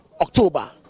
October